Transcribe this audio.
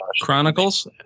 Chronicles